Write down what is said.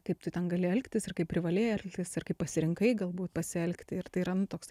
kaip tu ten gali elgtis ir kaip privalėjai elgtis ir kaip pasirinkai galbūt pasielgti ir tai yra nu toks